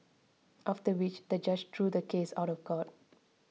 after which the judge threw the case out of court